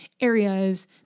areas